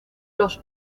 los